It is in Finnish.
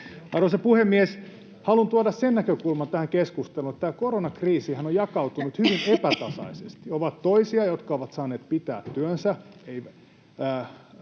Arvoisa puhemies! Haluan tuoda sen näkökulman tähän keskusteluun, että tämä koronakriisihän on jakautunut hyvin epätasaisesti: on toisia, jotka ovat saaneet pitää työnsä,